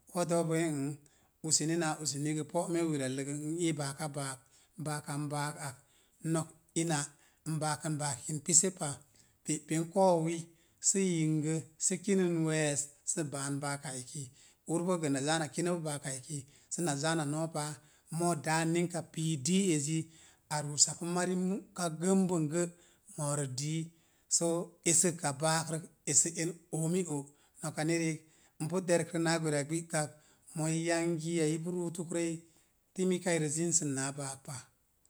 Wo̱do̱o̱ bonge mm, useni naa useni gə po'me wirallə n ii baaka baak. Baaka n baak ak n nok n baakən baakin pise pa. Pe'pen ko̱o̱wi sə yingə sə kinən we̱e̱s sə baan baaka eki. Ur boo gə na zaa na kinəpu baaka eki səna zaa na noo páa, mo̱o̱ daa á ninka pii dii ezi a ruusapu mari muka gənbəngə moorə dii, soo esəka baakrək esə en oomi o, noka ni riitku n pu derkrə naa gweraa gbi'kak, moou ii yangiya ipu ruutuk rəi timi kairə zinsən naa baak pa.